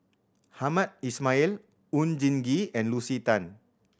Hamed Ismail Oon Jin Gee and Lucy Tan